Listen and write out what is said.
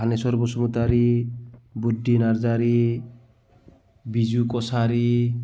Thanesar Basumatary Budhi Narzary Biju Kachari